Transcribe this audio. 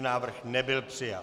Návrh nebyl přijat.